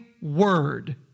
word